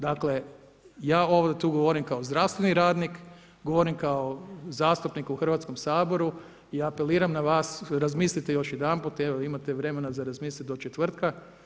Dakle ovdje tu govorim kao zdravstveni radnik, govorim kao zastupnik u Hrvatskom saboru i apeliram na vas, razmislite još jedanput evo imate vremena za razmisliti do četvrtka.